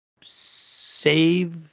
save